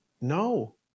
No